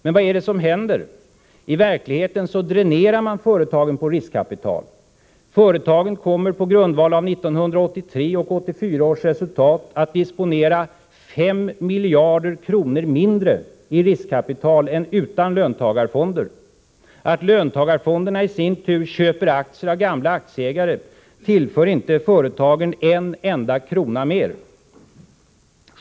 Men vad är det som händer? Jo, i verkligheten dränerar man företagen på riskkapital. Företagen kommer på grundval av 1983 och 1984 års resultat att disponera 5 miljarder kronor mindre i riskkapital än utan löntagarfonder. Att löntagarfonderna i sin tur köper aktier av gamla aktieägare tillför inte företagen en enda krona mer.